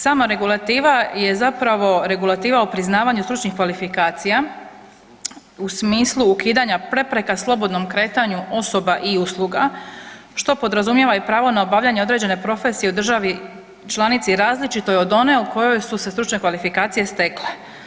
Sama regulativa je zapravo regulativa o priznavanju stručnih kvalifikacija, u smislu ukidanju prepreka slobodnom kretanju osoba i usluga, što podrazumijeva i pravo na obavljanje određene profesije u državi članici različitoj od one u kojoj su se stručne kvalifikacije stekle.